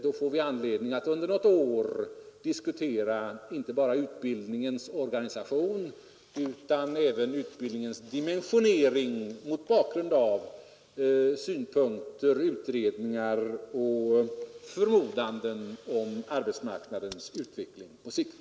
Då får vi anledning att under något år diskutera inte bara utbildningens organisation utan även utbildningens dimensionering mot bakgrund av synpunkter, utredningar och bedömningar om arbetsmarknadens utveckling på sikt.